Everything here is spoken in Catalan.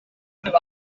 meva